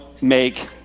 make